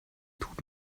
tut